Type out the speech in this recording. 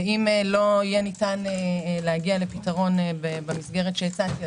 ואם לא ניתן יהיה להגיע לפתרון במסגרת שהצעתי,